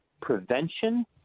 prevention